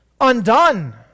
undone